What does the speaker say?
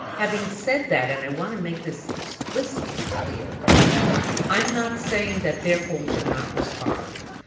having said that and i want to make this explicitly clear i'm not saying that therefore we should not respond.